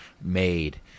made